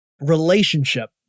relationship